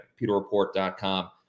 PeterReport.com